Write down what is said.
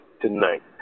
tonight